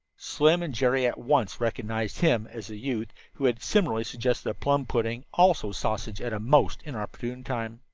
slim and jerry at once recognized him as the youth who had similarly suggested a plum pudding, also sausage, at a most inopportune time.